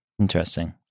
Interesting